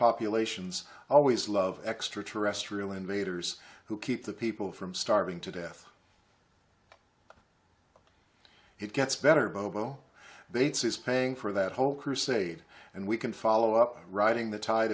populations always love extraterrestrial invaders who keep the people from starving to death it gets better bobo they'd say is paying for that whole crusade and we can follow up writing the tide